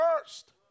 first